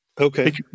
okay